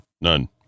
None